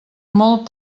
molt